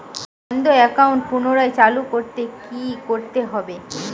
বন্ধ একাউন্ট পুনরায় চালু করতে কি করতে হবে?